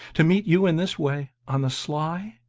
to meet you in this way, on the sly?